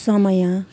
समय